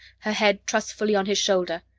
her head trustfully on his shoulder.